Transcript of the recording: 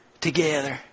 together